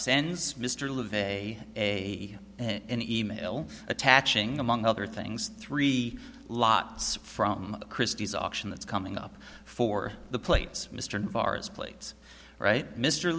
sends mr levey a e mail attaching among other things three lots from christie's auction that's coming up for the plates mr vars plates right mr